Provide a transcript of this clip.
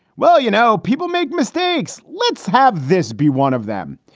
well, you know, people make mistakes. let's have this. be one of them.